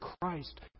Christ